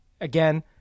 again